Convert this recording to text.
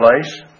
place